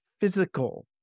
physical